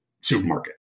supermarket